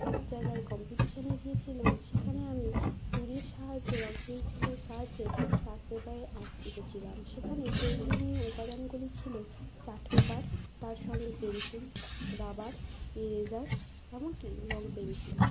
এক জায়গায় কম্পিটিশনে গিয়েছিলাম সেখানে আমি তুলির সাহায্যে রং পেনসিলের সাহায্যে চার্ট পেপারে আঁক এঁকেছিলাম সেখানে প্রয়োজনীয় উপাদানগুলি ছিল চার্ট পেপার তার সঙ্গে পেনসিল রাবার ইরেজার এমনকি রং পেনসিল